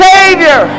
Savior